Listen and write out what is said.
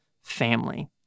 family